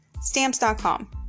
Stamps.com